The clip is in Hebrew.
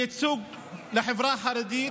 לייצוג לחברה החרדית,